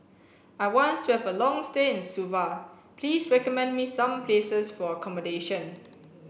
I want to have a long stay in Suva Please recommend me some places for accommodation